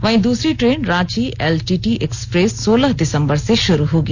वहीं दूसरी train Ranchi LTT express सोलह दिसंबर से शुरू होगी